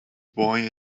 boy